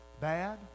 Bad